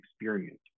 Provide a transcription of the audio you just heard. experience